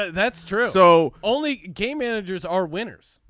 that's true. so only game managers are winners.